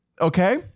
okay